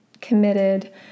committed